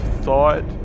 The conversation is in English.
thought